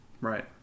Right